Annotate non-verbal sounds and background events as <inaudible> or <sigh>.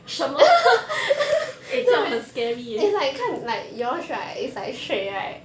什么 <laughs> eh 这样很 scary eh